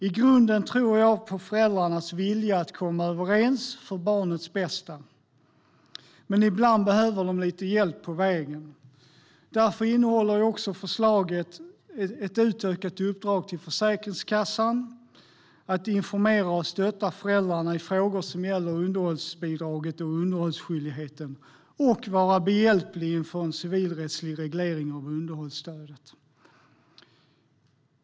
I grunden tror jag på föräldrarnas vilja att komma överens för barnets bästa. Men ibland behöver de lite hjälp på vägen. Därför innehåller förslaget också ett utökat uppdrag till Försäkringskassan att informera och stötta föräldrarna i frågor som gäller underhållsbidraget och underhållsskyldigheten och vara behjälplig inför en civilrättslig reglering av underhållsstödet.